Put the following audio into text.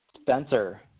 Spencer